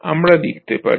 আমরা কী লিখতে পারি